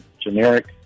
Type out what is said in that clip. generic